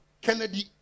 Kennedy